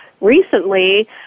recently